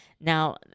Now